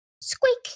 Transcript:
squeak